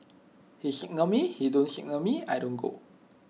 he signal me he don't signal me I don't go